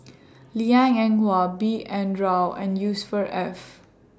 Liang Eng Hwa B N Rao and Ef